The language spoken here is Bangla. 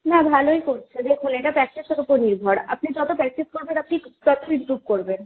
না ভালোই করছে দেখুন এটা প্র্যাকটিসের উপর নির্ভর আপনি যত প্র্যাকটিস করবেন আপনি তত ইম্প্রুভ করবেন